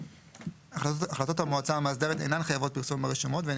החלטות המועצה המאסדרת אינן חייבות פרסום ברשומות והן